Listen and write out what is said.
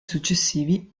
successivi